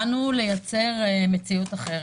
באנו לייצר מציאות אחרת.